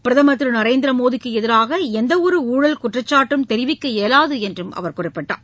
பிரதமர் திரு நரேந்திர மோடிக்கு எதிராக எந்தவொரு ஊழல் குற்றச்சாட்டும் தெரிவிக்க இயலாது என்றும் அவர் கூறினார்